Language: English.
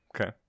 Okay